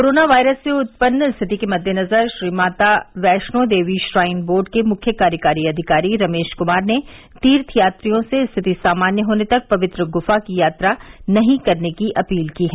corona virus से उत्पन्न स्थिति के मद्देनजर श्री माता वैष्णो देवी श्राइन बोर्ड के मुख्य कार्यकारी अधिकारी रमेश कुमार ने तीर्थ यात्रियों से स्थिति सामान्य होने तक पवित्र ग्फा की यात्रा नहीं करने की अपील की है